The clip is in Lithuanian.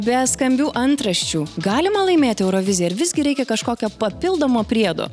be skambių antraščių galima laimėti euroviziją ar visgi reikia kažkokio papildomo priedo